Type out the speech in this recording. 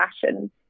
fashion